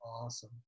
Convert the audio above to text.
Awesome